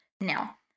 Now